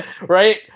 Right